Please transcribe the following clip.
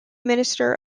minister